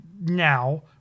now